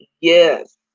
Yes